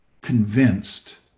convinced